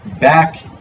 back